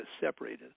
separated